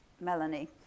Melanie